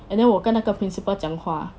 and then 我跟那个 principal 讲话